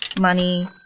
Money